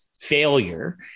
failure